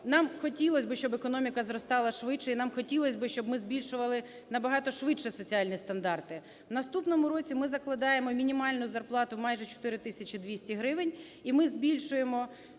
Нам хотілось би, щоб економіка зростала швидше, і нам хотілось би, щоб ми збільшували набагато швидше соціальні стандарти. В наступному році ми закладаємо мінімальну зарплату майже 4 тисячі 200 гривень і ми збільшуємо